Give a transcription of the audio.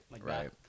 Right